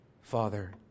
father